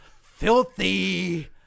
filthy